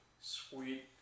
Sweet